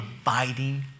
abiding